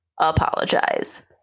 apologize